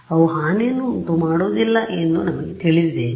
ಆದ್ದರಿಂದ ಅವು ಹಾನಿಯನ್ನು ಉಂಟುಮಾಡುವುದಿಲ್ಲ ಎಂದು ನಮಗೆ ತಿಳಿದಿದೆ